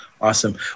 Awesome